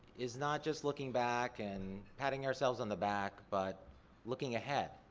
is not just looking back and patting ourselves on the back, but looking ahead